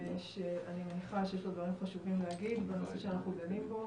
אני מניחה שיש לו דברים חשובים להגיד בנושא שאנחנו דנים בו.